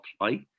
play